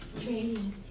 Training